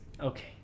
Okay